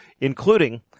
including